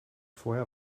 vorher